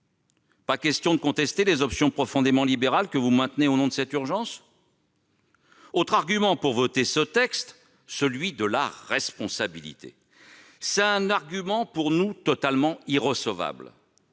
pas question de contester les options profondément libérales que vous maintenez au nom de cette urgence ? Un autre argument est invoqué pour voter ce texte, celui de la responsabilité. Cet argument est pour nous totalement irrecevable.